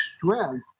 strength